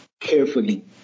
carefully